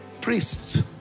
priests